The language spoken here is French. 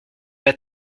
pas